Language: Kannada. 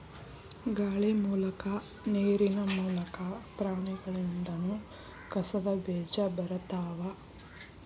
ಗಾಳಿ ಮೂಲಕಾ ನೇರಿನ ಮೂಲಕಾ, ಪ್ರಾಣಿಗಳಿಂದನು ಕಸದ ಬೇಜಾ ಬರತಾವ